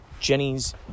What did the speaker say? Jenny's